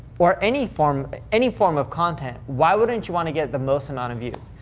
or any form any form of content, why wouldn't you want to get the most amount of views?